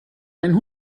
einen